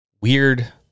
weird